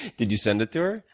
did you send it to her?